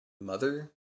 mother